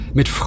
mit